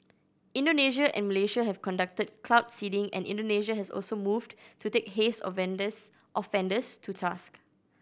Indonesia and Malaysia have conducted cloud seeding and Indonesia has also moved to take haze offenders to task